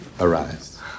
Arise